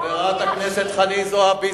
חברת הכנסת חנין זועבי,